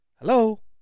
Hello